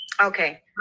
Okay